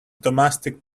domestic